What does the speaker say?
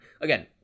Again